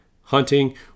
hunting